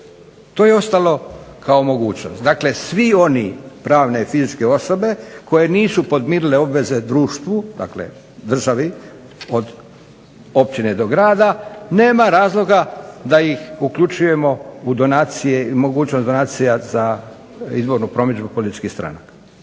to je ostalo kao mogućnost. Dakle, svi oni pravne i fizičke osobe koje nisu podmirile obveze društvu dakle državi od općine do grada, nema razloga da ih uključujemo u donacije i mogućnost donacija za izbornu promidžbu političkih stranaka.